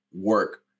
work